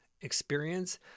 experience